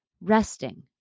resting